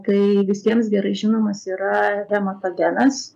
tai visiems gerai žinomas yra hematogenas